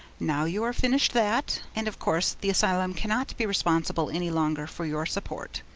now you are finishing that, and of course the asylum cannot be responsible any longer for your support.